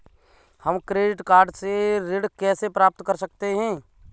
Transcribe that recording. हम credit card से ऋण कैसे प्राप्त कर सकते हैं?